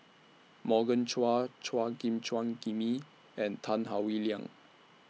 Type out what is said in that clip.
Morgan Chua Chua Gim Jimmy and Tan Howe Liang